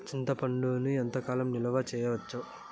చింతపండును ఎంత కాలం నిలువ చేయవచ్చు?